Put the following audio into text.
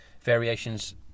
variations